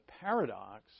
paradox